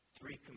Three